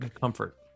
comfort